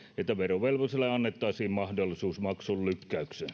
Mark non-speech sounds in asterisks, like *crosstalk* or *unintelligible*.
että verovelvolliselle annettaisiin mahdollisuus maksunlykkäykseen *unintelligible*